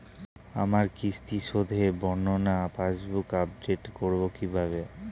আমার কিস্তি শোধে বর্ণনা পাসবুক আপডেট করব কিভাবে?